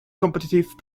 competitive